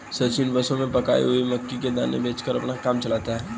सचिन बसों में पकाई हुई मक्की के दाने बेचकर अपना काम चलाता है